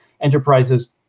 enterprises